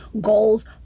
goals